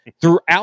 throughout